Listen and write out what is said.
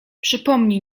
przypomnij